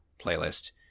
playlist